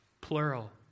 plural